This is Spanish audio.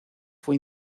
fue